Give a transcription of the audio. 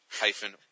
hyphen